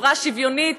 חברה שוויונית,